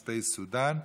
נספי סודן,